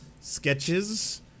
sketches